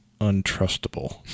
untrustable